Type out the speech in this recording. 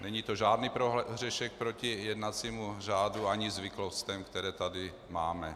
Není to žádný prohřešek proti jednacímu řádu ani zvyklostem, které tady máme.